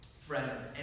friends